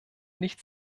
nicht